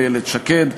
איילת שקד,